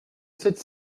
sept